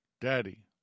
Daddy